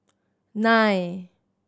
nine